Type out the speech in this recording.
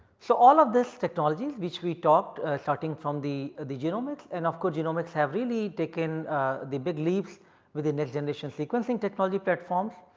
so, all of this technologies which we talked starting from the the genomics and of course, genomics have really taken the big leaps with the next generation sequencing technology platforms.